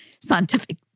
scientific